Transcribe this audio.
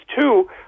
two